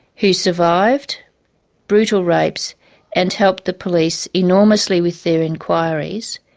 who survived brutal rapes and helped the police enormously with their inquiries,